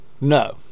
No